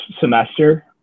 semester